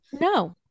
no